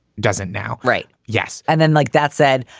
doesn't now right. yes. and then like that said,